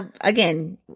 again